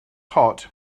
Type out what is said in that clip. hot